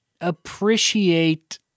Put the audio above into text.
appreciate